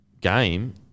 game